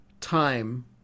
time